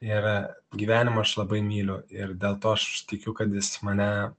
ir gyvenimą aš labai myliu ir dėl to aš tikiu kad jis mane